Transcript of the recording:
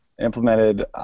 implemented